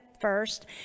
first